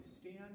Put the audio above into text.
stand